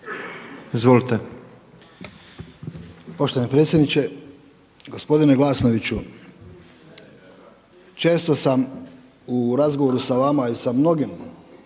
Izvolite.